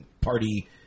party